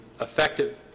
effective